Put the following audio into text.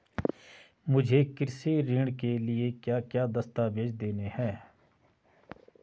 मुझे कृषि ऋण के लिए क्या क्या दस्तावेज़ देने हैं?